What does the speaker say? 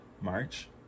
March